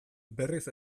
berriz